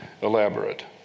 elaborate